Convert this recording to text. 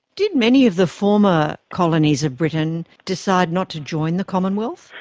did many of the former colonies of britain decide not to join the commonwealth?